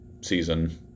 season